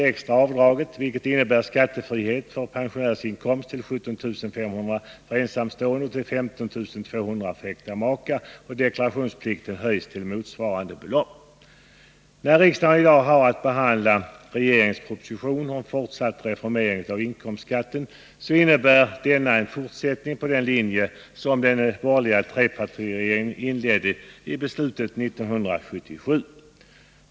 När riksdagen i dag har att behandla regeringens proposition om fortsatt reformering av inkomstskatten så innebär denna en fortsättning på den linje som den borgerliga trepartiregeringen inledde genom beslutet 1977.